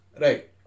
Right